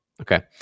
okay